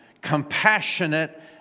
compassionate